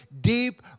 deep